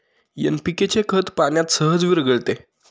NPK खत पाण्यात सहज विरघळते